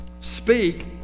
speak